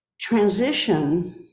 transition